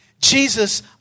Jesus